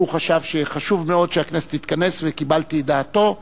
הוא חשב שחשוב מאוד שהכנסת תתכנס וקיבלתי את דעתו.